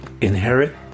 inherit